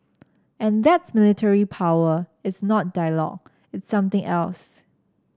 and that's military power it's not dialogue it's something else